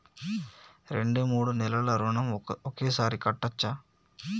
రెండు మూడు నెలల ఋణం ఒకేసారి కట్టచ్చా?